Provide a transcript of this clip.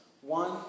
One